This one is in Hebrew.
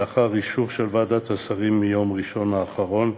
לאחר אישור של ועדת השרים ביום ראשון האחרון,